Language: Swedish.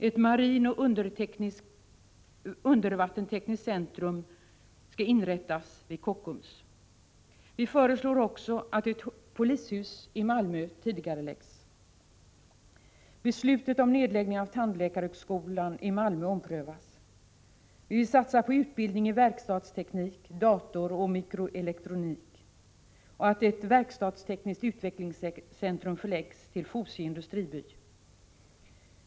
Ett marinoch undervattenstekniskt centrum skall utvecklas vid Kockums. Vi föreslår också att byggandet av ett polishus i Malmö tidigareläggs. Beslutet om nedläggning av tandläkarhögskolan i Malmö måste omprövas. Vi vill satsa på utbildning i verkstadsteknik, datoroch mikroelektronik. Vi föreslår att ett verkstadstekniskt utvecklingscentrum förläggs till Fosie industriby.